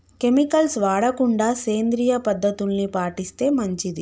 chemicals వాడకుండా సేంద్రియ పద్ధతుల్ని పాటిస్తే మంచిది